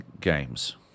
games